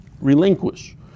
Relinquish